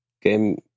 game